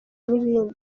n’ibindi